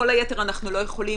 כל היתר אנחנו לא יכולים,